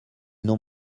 n’ont